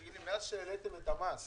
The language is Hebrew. האם בעקבות זה שהעליתם את המס